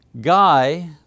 Guy